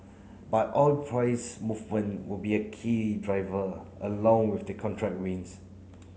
but oil price movement will be a key driver along with the contract wins